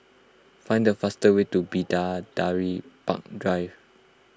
find the fastest way to Bidadari Park Drive